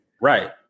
Right